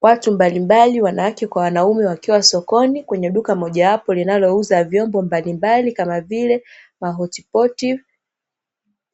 Watu mbalimbali wanawake kwa wanaume, wakiwa sokoni kwenye duka mojawapo linalouza vyombo mbalimbali kama vile mahotipoti,